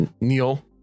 Neil